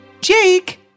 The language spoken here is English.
Jake